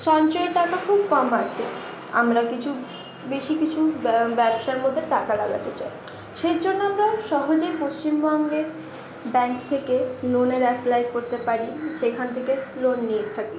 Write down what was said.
সঞ্চয়ী টাকা খুব কম আছে আমরা কিছু বেশি কিছু ব্যবসার মধ্যে টাকা লাগাতে চাই সেই জন্য আমরা সহজেই পশ্চিমবঙ্গে ব্যাঙ্ক থেকে লোনের অ্যাপ্লাই করতে পারি যেখান থেকে লোন নিয়ে থাকি